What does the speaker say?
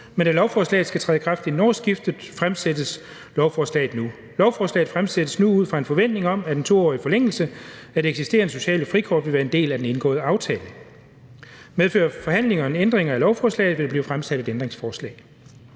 men da lovforslaget skal træde i kraft inden årsskiftet, fremsættes lovforslaget nu. Lovforslaget fremsættes nu ud fra en forventning om, at en 2-årig forlængelse af det eksisterende sociale frikort vil være en del af den indgåede aftale. Medfører forhandlingerne ændringer af lovforslaget, vil der blive fremsat et ændringsforslag.